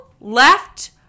left